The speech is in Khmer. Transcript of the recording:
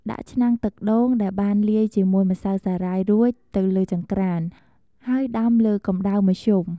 ដាក់ឆ្នាំងទឹកដូងដែលបានលាយជាមួយម្សៅសារាយរួចទៅលើចង្ក្រាន ហើយដាំលើកម្ដៅមធ្យម។